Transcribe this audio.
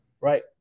Right